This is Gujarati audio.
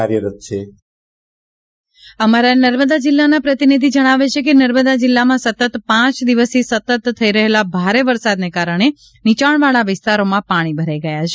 ખરસાણે અમારા નર્મદા જિલ્લાના પ્રતિનિધિ જણાવે છે કે નર્મદા જિલ્લામાં સતત પાંચ દિવસથી સતત થઈ રહેલા ભારે વરસાદને કારણે નીચાણવાળા વિસ્તારોમાં પાણી ભરાઈ ગયા છે